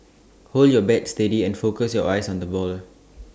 hold your bat steady and focus your eyes on the ball